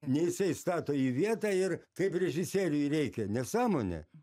ne jisai stato į vietą ir kaip režisieriui reikia nesąmonė